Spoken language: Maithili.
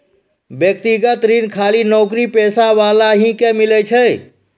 व्यक्तिगत ऋण खाली नौकरीपेशा वाला ही के मिलै छै?